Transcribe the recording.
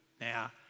Now